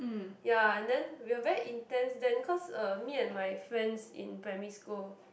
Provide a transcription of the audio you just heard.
ya and then we are very intense then cause Uh me and my friends in primary school